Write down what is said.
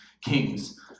kings